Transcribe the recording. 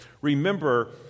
Remember